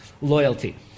loyalty